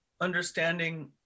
understanding